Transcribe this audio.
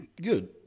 Good